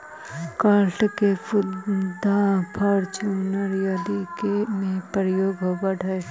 काष्ठ के पट्टा फर्नीचर आदि में प्रयोग होवऽ हई